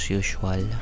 usual